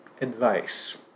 advice